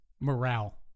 morale